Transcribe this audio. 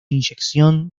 inyección